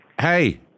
hey